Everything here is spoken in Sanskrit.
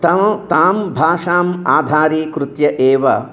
ता तां भाषाम् आधारीकृत्य एव